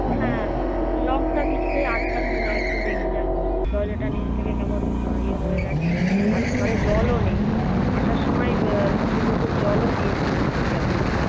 হ্যাঁ লকটা কিছুতেই আটকাচ্ছে না একটু দেখে যান দরজাটা নীচ থেকে কেমন ইয়ে হয়ে গেছে আর ঘরে জলও নেই আসার সময় দু বোতল জলও দিয়ে মানে দিয়ে যাবেন এখানে